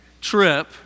trip